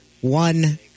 one